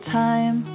time